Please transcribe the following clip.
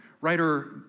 Writer